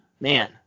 man